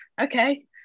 okay